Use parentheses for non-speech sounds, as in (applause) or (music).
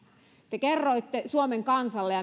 te kerroitte suomen kansalle (unintelligible)